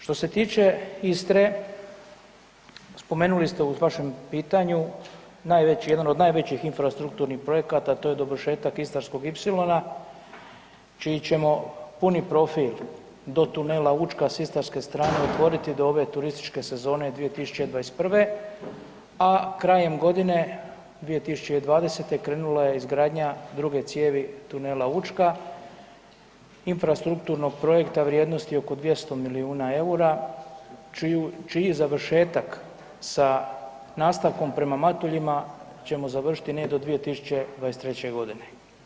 Što se tiče Istre spomenuli ste u vašem pitanju najveći, jedan od najvećih infrastrukturnih projekata a to je dovršetak istarskog ipsilona čiji ćemo puni profil do tunela Učka s istarske strane otvoriti do ove turističke sezone 2021., a krajem godine 2020. krenula je izgradnja druge cijevi tunela Učka infrastrukturnog projekta vrijednosti oko 200 milijuna EUR-a čiji završetak sa nastavkom prema Matuljima ćemo završiti negdje do 2023. godine.